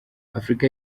afurika